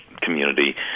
community